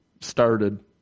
started